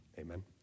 Amen